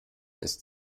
ist